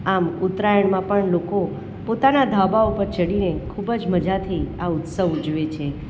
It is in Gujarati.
આમ ઉત્તરાયણમાં પણ લોકો પોતાના ધાબાઓ પર ચડીને ખૂબ જ મજાથી આ ઉત્સવ ઉજવે છે